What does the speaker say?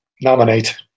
nominate